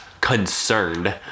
concerned